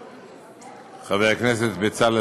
חבר הכנסת בצלאל